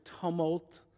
tumult